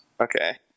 Okay